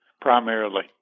primarily